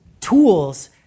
tools